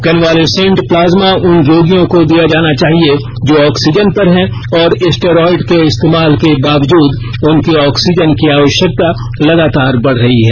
convalescent plasma उन रोगियों को दिया जाना चाहिए जो ऑक्सीजन पर हैं और स्टेरॉयड के इस्तेमाल के बावजूद उनकी ऑक्सीजन की आवश्यकता लगातार बढ रही है